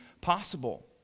possible